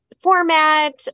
format